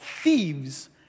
thieves